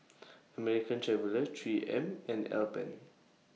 American Traveller three M and Alpen